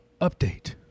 Update